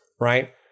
Right